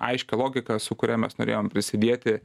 aiškią logiką su kuria mes norėjom prisidėti